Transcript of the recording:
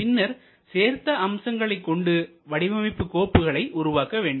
பின்னர் சேர்த்த அம்சங்களைக் கொண்டு வடிவமைப்பு கோப்புகளை உருவாக்க வேண்டும்